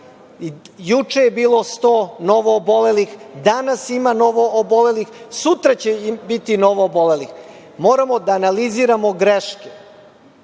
Juče je bilo 100 novoobolelih, danas ima novoobolelih i sutra će biti novoobolelih. Moramo da analiziramo greške